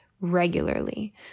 regularly